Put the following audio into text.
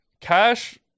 Cash